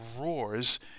roars